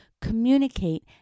communicate